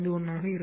51 ஆக இருக்கும்